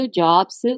jobs